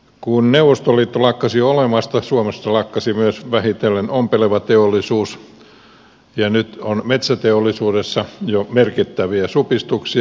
kun neuvostoliitto lakkasi olemasta suomesta lakkasi myös vähitellen ompeleva teollisuus ja nyt on metsäteollisuudessa jo merkittäviä supistuksia